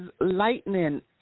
lightning